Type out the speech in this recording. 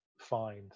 find